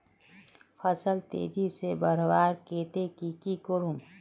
फल तेजी से बढ़वार केते की की करूम?